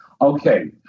Okay